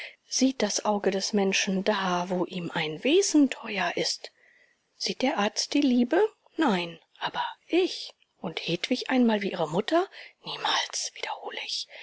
sieht das auge des menschen da wo ihm ein wesen teuer ist sieht der arzt die liebe nein aber ich und hedwig einmal wie ihre mutter niemals wiederhole ich